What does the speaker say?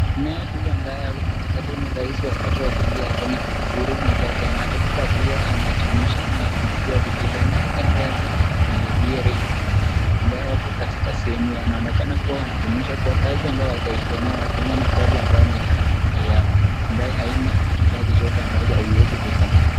Na huyu ambaye ako katikati ni rais wa tatu wa Jamhuri ya Kenya Uhuru Muigai Kenyatta huku akiwa akijumuisha na kubebea Biblia. Na huyu kando yake ni William Ruto ambao wako katika sehemu ya wanaonekana kuwa wanajumuisha kuwa kazi ambayo wataifanyia Wakenya ni kazi ambayo ni ya haki na ya ambayo haina kifaa chochote ambacho haiwezi ikafanyika.